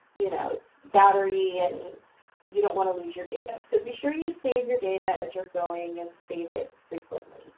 you know, its battery and you don't want to lose your data. so, be sure you save your data as you're going and save it frequently.